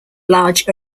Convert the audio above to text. large